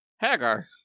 Hagar